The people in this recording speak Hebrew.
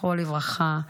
זכרו לברכה,